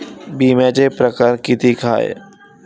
बिम्याचे परकार कितीक हाय?